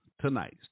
tonight